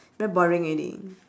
very boring already